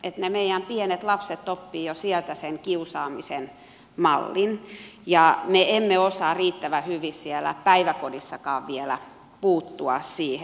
meidän pienet lapset oppivat jo sieltä sen kiusaamisen mallin ja me emme osaa riittävän hyvin päiväkodissakaan vielä puuttua siihen